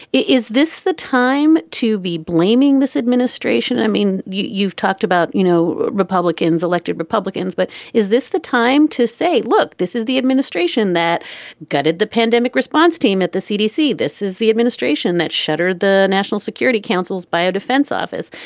is this the time to be blaming this administration? i mean, you've talked about. you know republicans elected republicans. but is this the time to say, look, this is the administration that gutted the pandemic response team at the cdc. this is the administration that shuttered the national security council's biodefense office.